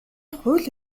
хууль